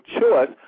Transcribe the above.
choice